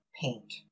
paint